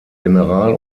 general